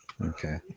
Okay